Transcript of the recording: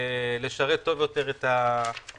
לשרת טוב יותר את האזרחים.